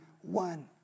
one